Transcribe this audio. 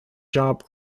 job